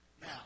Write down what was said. Now